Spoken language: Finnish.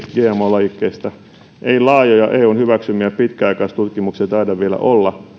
gmo lajikkeista ei laajoja eun hyväksymiä pitkäaikaistutkimuksia taida vielä olla